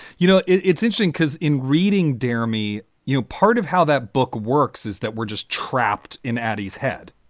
you know, it's interesting because in reading, dear me, you part of how that book works is that we're just trapped in at his head.